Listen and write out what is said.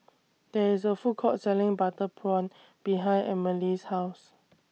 There IS A Food Court Selling Butter Prawn behind Amelie's House